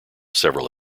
several